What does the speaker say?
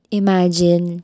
imagine